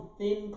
thin